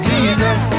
Jesus